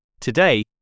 Today